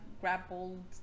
grappled